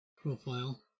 profile